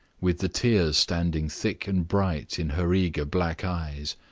with the tears standing thick and bright in her eager black eyes.